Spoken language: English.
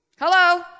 Hello